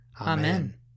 Amen